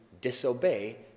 disobey